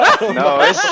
No